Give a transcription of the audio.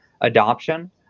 adoption